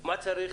מה צריך?